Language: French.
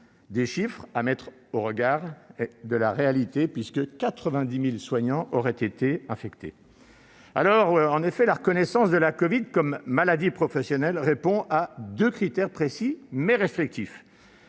des chiffres bien en deçà de la réalité, puisque 90 000 soignants auraient été infectés. En effet, la reconnaissance de la covid comme maladie professionnelle répond à deux critères précis, mais restrictifs